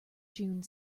june